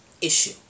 issue